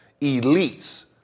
elites